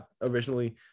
originally